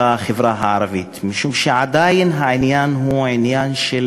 משום שעדיין העניין הוא עניין של,